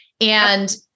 And-